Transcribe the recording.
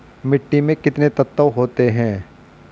मिट्टी में कितने तत्व होते हैं?